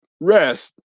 rest